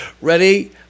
Ready